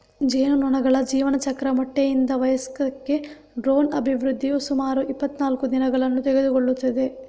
ಜೇನುನೊಣಗಳ ಜೀವನಚಕ್ರ ಮೊಟ್ಟೆಯಿಂದ ವಯಸ್ಕಕ್ಕೆ ಡ್ರೋನ್ನ ಅಭಿವೃದ್ಧಿಯು ಸುಮಾರು ಇಪ್ಪತ್ತನಾಲ್ಕು ದಿನಗಳನ್ನು ತೆಗೆದುಕೊಳ್ಳುತ್ತದೆ